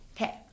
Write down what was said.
Okay